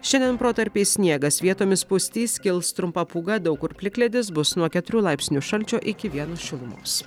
šiandien protarpiais sniegas vietomis pustys kils trumpa pūga daug kur plikledis bus nuo keturių laipsnių šalčio iki vieno šilumos